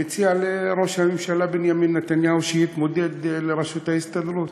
אני מציע לראש הממשלה בנימין נתניהו שיתמודד לראשות ההסתדרות.